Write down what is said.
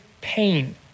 pain